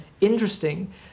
interesting